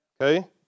Okay